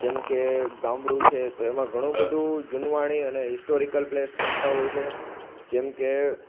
જેમકે ગામડું છે તો એમાં ઘણું બધુ જુનવાણી અને હિસ્ટોરિકલ પ્લેસ બનતાં હોય છે જેમકે